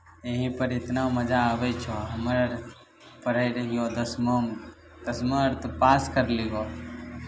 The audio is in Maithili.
यहीँ पर इतना मजा आबै छह हमर पढ़ैत रहियह दसमामे दसमा अर तऽ पास करलियह